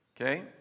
Okay